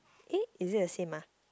eh is it the same ah